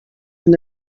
from